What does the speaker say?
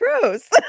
gross